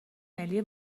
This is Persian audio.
ملی